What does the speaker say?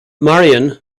marion